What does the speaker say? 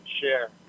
share